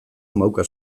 mauka